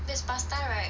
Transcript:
there's pasta right